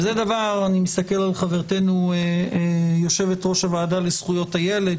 אני מסתכל על חברתנו יושבת-ראש הוועדה לזכויות הילד,